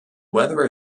weather